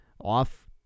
off